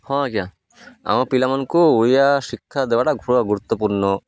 ହଁ ଆଜ୍ଞା ଆମ ପିଲାମାନଙ୍କୁ ଓଡ଼ିଆ ଶିକ୍ଷା ଦେବାଟା ପୁରା ଗୁରୁତ୍ୱପୂର୍ଣ୍ଣ